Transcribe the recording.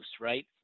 right